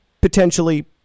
potentially